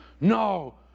No